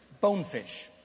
bonefish